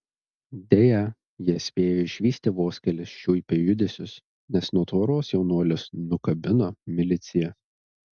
deja jie spėjo išvysti vos kelis šiuipio judesius nes nuo tvoros jaunuolius nukabino milicija